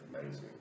amazing